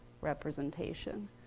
representation